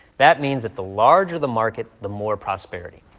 that means that the larger the market, the more prosperity.